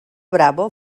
bravo